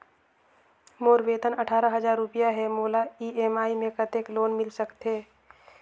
मोर वेतन अट्ठारह हजार रुपिया हे मोला ई.एम.आई मे कतेक लोन मिल सकथे?